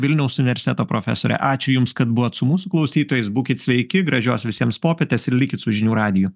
vilniaus universiteto profesorė ačiū jums kad buvot su mūsų klausytojais būkit sveiki gražios visiems popietės ir likit su žinių radiju